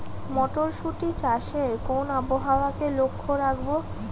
মটরশুটি চাষে কোন আবহাওয়াকে লক্ষ্য রাখবো?